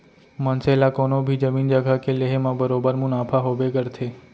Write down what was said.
मनसे ला कोनों भी जमीन जघा के लेहे म बरोबर मुनाफा होबे करथे